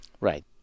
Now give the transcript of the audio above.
Right